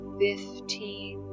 fifteen